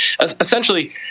Essentially